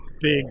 big